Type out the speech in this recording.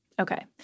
Okay